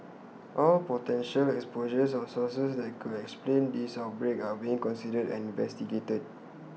all potential exposures or sources that could explain this outbreak are being considered and investigated